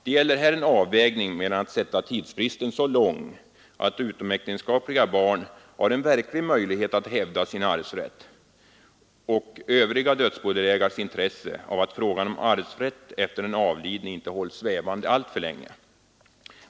Det gäller här en avvägning mellan att sätta tidsfristen så lång att utomäktenskapliga barn har en verklig möjlighet att hävda sin arvsrätt och övriga dödsbodelägares intresse av att frågan om arvsrätt efter den avlidne inte hålls svävande alltför länge.